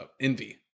Envy